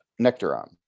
Nectaron